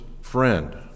friend